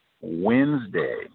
Wednesday